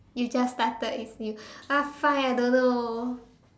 you just started eating ah fine I don't know